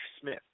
Smith